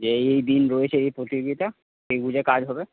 যে এই এই দিন রয়েছে এই প্রতিযোগিতা সেই বুঝে কাজ হবে